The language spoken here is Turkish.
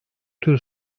tür